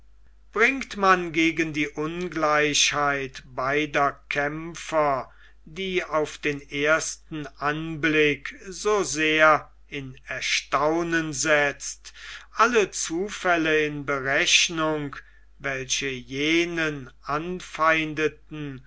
bringt man gegen die ungleichheit beider kämpfer die auf den ersten anblick so sehr in erstaunen setzt alle zufälle in berechnung welche jenen anfeindeten